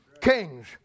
kings